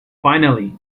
finally